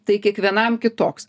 tai kiekvienam kitoks